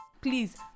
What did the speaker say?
please